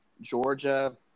Georgia